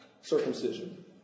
circumcision